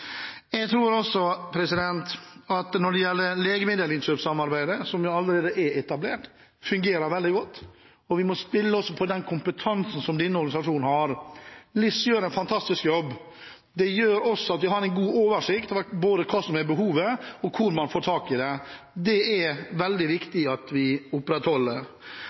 Jeg tror også at legemiddelinnkjøpssamarbeidet som allerede er etablert, fungerer veldig godt. Vi må spille på den kompetansen som denne organisasjonen har. LIS gjør en fantastisk jobb. Det gjør også at vi har en god oversikt over både hva som er behovet, og hvor man får tak i det. Det er veldig viktig at vi opprettholder